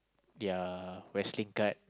their wrestling card